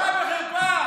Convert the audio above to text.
אל תשקר, אל תשקר.